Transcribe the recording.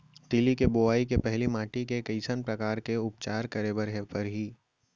तिलि के बोआई के पहिली माटी के कइसन प्रकार के उपचार करे बर परही?